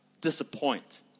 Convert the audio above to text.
disappoint